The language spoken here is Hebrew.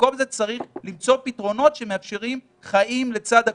במקום זה צריך למצוא פתרונות שמאפשרים חיים לצד הקורונה.